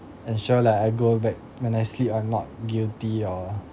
ensure like I go back m~ nicely and not guilty or